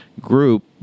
Group